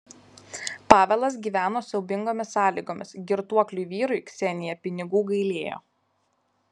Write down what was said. pavelas gyveno siaubingomis sąlygomis girtuokliui vyrui ksenija pinigų gailėjo